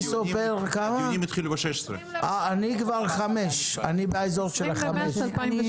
אני באזור של ה-5.